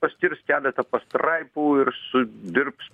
paskirs keletą pastraipų ir sudirbs